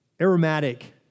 aromatic